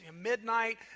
midnight